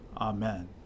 Amen